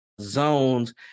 zones